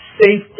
safety